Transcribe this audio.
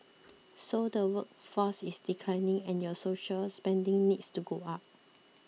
so the workforce is declining and your social spending needs to go up